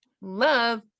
Love